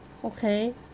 okay